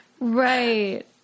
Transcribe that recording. Right